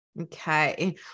okay